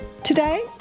Today